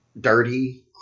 dirty